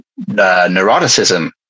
neuroticism